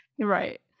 Right